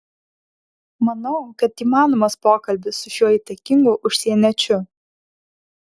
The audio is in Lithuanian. manau kad įmanomas pokalbis su šiuo įtakingu užsieniečiu